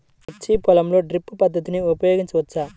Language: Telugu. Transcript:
మిర్చి పొలంలో డ్రిప్ పద్ధతిని ఉపయోగించవచ్చా?